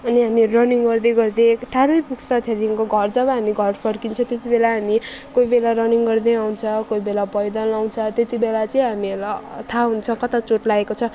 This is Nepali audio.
अनि हामी रनिङ गर्दै गर्दै टाढै पुग्छ त्यहाँदेखिको घर जब हामी घर फर्किन्छौँ त्यति बेला हामी कोही बेला रनिङ गर्दै आउँछ कोही बेला पैदल आउँछ त्यति बेला चाहिँ हामीहरूलाई थाहा हुन्छ कता चोट लागेको छ